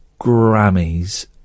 grammys